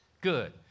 good